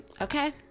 Okay